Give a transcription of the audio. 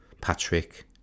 Patrick